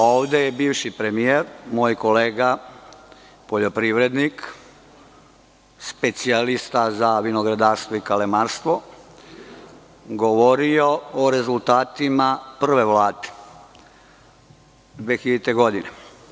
Ovde je bivši premijer, moj kolega poljoprivrednik, specijalista za vinogradarstvo i kalemarstvo, govorio o rezultatima prve Vlade 2000. godine.